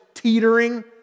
teetering